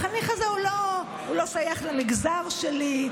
החניך הזה לא שייך למגזר שלי,